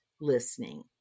listening